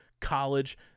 college